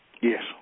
Yes